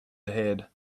ahead